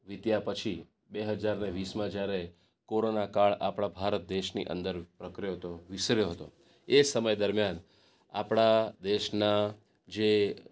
જીત્યા પછી બે હજારને વીસમાં જ્યારે કોરોનાકાળ આપણા ભારત દેશની અંદર વકર્યો તો વિસ્તર્યો હતો એ સમય દરમિયાન આપણા દેશના જે